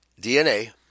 DNA